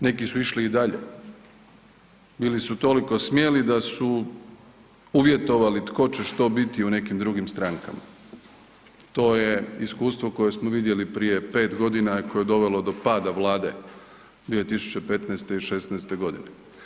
Neki su išli i dalje ili su toliko smjeli da su uvjetovali tko će što biti u nekim drugim strankama, to je iskustvo koje smo vidjeli prije pet godina koje je dovelo do pada Vlade 2015. i 2016. godine.